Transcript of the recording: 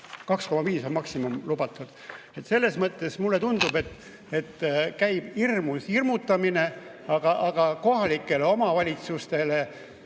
2,5% on maksimaalselt lubatud. Selles mõttes mulle tundub, et käib hirmus hirmutamine, aga kohalike omavalitsuste